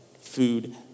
food